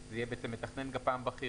"מתכנן בכיר גפ"מ בכיר,